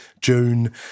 June